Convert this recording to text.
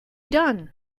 done